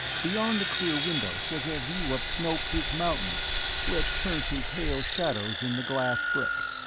beyond the clear windows was a view of snow-peaked mountains which turned to pale shadows in the glass-brick.